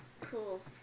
Cool